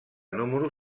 número